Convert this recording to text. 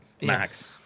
max